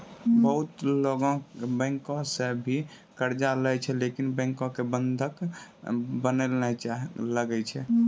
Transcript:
बहुते लोगै बैंको सं भी कर्जा लेय छै लेकिन बैंको मे बंधक बनया ले लागै छै